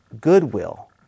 goodwill